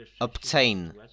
obtain